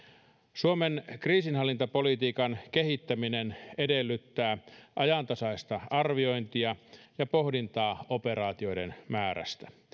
suomen kriisinhallintapolitiikan kehittäminen edellyttää ajantasaista arviointia ja pohdintaa operaatioiden määrästä